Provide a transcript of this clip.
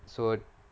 so